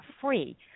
free